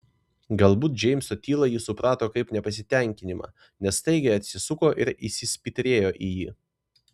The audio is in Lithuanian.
galbūt džeimso tylą ji suprato kaip nepasitenkinimą nes staigiai atsisuko ir įsispitrėjo į jį